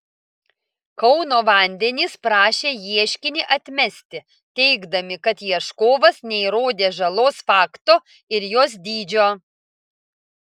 kauno vandenys prašė ieškinį atmesti teigdami kad ieškovas neįrodė žalos fakto ir jos dydžio